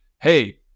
hey